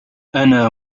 أنا